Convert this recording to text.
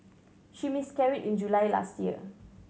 she miscarried in July last year